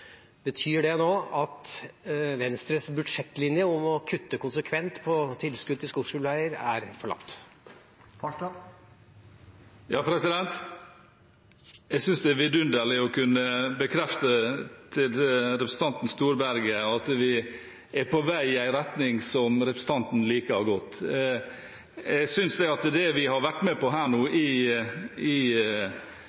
Betyr det nå at Venstres budsjettlinje om å kutte konsekvent i tilskudd til skogsbilveier er forlatt? Jeg synes det er vidunderlig å kunne bekrefte overfor representanten Storberget at vi er på vei i en retning som representanten liker godt. Jeg synes at det vi har vært med på